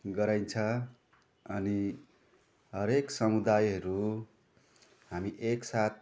गराइन्छ अनि हरेक समुदायहरू हामी एकसाथ